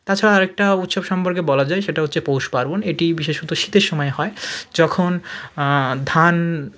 তাছাড়া আরেকটা উৎসব সম্পর্কে বলা যায় সেটা হচ্ছে পৌষপার্বণ এটি বিশেষত শীতের সময় হয় যখন ধান